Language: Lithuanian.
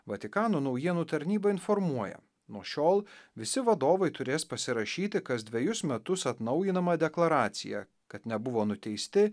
vatikano naujienų tarnyba informuoja nuo šiol visi vadovai turės pasirašyti kas dvejus metus atnaujinamą deklaraciją kad nebuvo nuteisti